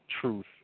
truth